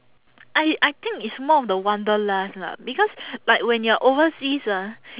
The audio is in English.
I I think it's more of the wanderlust lah because like when you are overseas ah